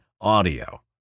audio